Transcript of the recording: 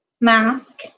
mask